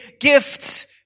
gifts